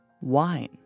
wine